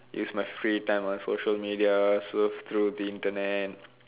use my free time on social media surf through the Internet